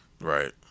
Right